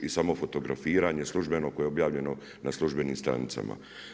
I samo fotografiranje službeno koje je objavljeno na službeni stranicama.